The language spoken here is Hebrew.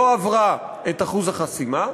לא עברו את אחוז החסימה.